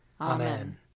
Amen